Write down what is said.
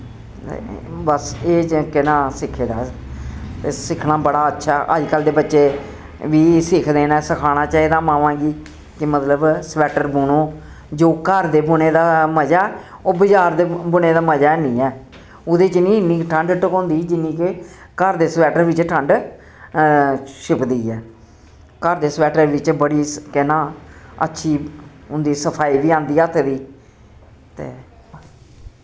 बस एह् केह् नांऽ सिक्खे दा ऐ सिक्खना बड़ा अच्छ अजकल्ल दे बच्चे वी सिखदे न सखाना चाहिदा मावां गी कि मतलब स्वैटर बुनो जो घर दे बुने दा मजा ओह् बजार दे बुने दा मजा हैनी ऐ ओह्दे च निं इन्नी ठंड ढकोंदी जिन्नी के घर दे स्वैटर बिच्च ठंड छुप्पदी ऐ घर दे स्वैटर बिच्च बड़ी केह् नांऽ अच्छी होंदी सफाई वी आंदी हत्थ दी ते